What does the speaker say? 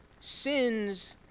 sins